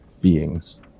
beings